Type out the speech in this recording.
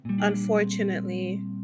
Unfortunately